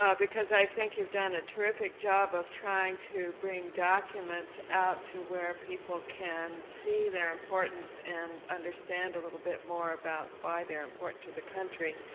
ah because i think you've done a terrific job of trying to bring documents out to where people can see their importance and understand a little bit more about why they're important to the country.